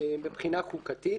מבחינה חוקתית.